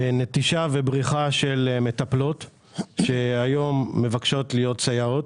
נטישה ובריחה של מטפלות שהיום מבקשות להיות סייעות.